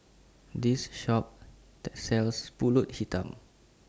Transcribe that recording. This Shop sells Pulut Hitam